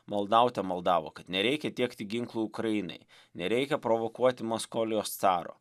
maldaute maldavo kad nereikia tiekti ginklų ukrainai nereikia provokuoti maskolijos caro